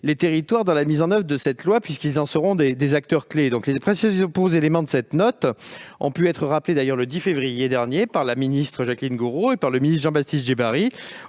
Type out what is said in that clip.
les territoires dans la mise en oeuvre de cette loi, car ils en seront des acteurs clés. Les principaux éléments de cette note ont été rappelés le 10 février dernier par la ministre Jacqueline Gourault et par le ministre délégué Jean-Baptiste Djebbari